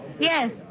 Yes